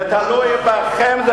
זה תלוי רק בכם.